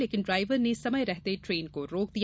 लेकिन ड्राइवर ने समय रहते ट्रेन को रोक दिया